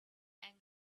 young